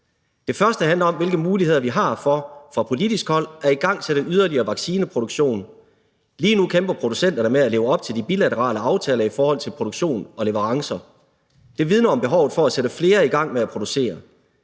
Det første handler om, hvilke muligheder vi har for fra politisk hold at igangsætte yderligere vaccineproduktion. Lige nu kæmper producenterne med at leve op til de bilaterale aftaler i forhold til produktion og leverancer. Det vidner om behovet for at sætte flere i gang med at producere.